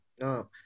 No